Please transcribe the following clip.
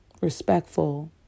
respectful